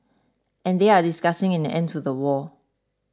and they are discussing an end to the war